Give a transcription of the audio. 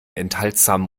enthaltsamen